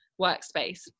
workspace